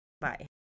bye